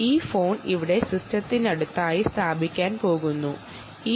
ഈ ഫോൺ ഇവിടെ സിസ്റ്റത്തിനടുത്തായി സ്ഥാപിക്കാൻ പോകുകയാണ്